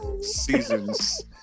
seasons